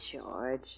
George